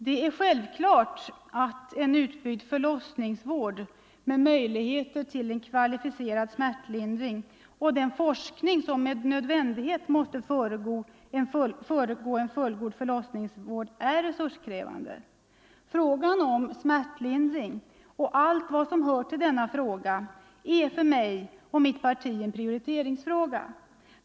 Det är självklart att en utbyggd förlossningsvård med möjligheter till en kvalificerad smärtlindring och den forskning som med nödvändighet måste föregå en fullgod förlossningsvård är resurskrävande. Frågan om smärtlindring och allt vad som hör dit är för mig och mitt parti en prioriteringsfråga.